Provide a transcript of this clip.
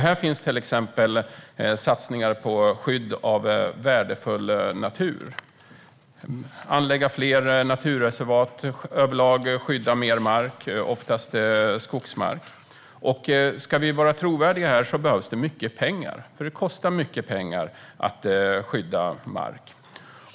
Här finns till exempel satsningar på skydd av värdefull natur - att det ska anläggas fler naturreservat och överlag att mer mark ska skyddas, oftast skogsmark. Om vi ska vara trovärdiga i detta sammanhang behövs det mycket pengar. Det kostar nämligen mycket pengar att skydda mark.